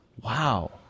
Wow